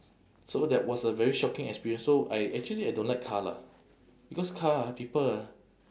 so that was a very shocking experience so I actually I don't like car lah because car ah people ah